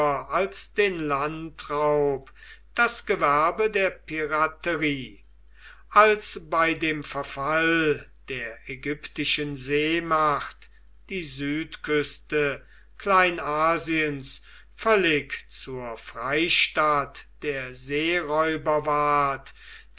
als den landraub das gewerbe der piraterie als bei dem verfall der ägyptischen seemacht die südküste kleinasiens völlig zur freistatt der seeräuber ward